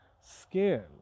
skin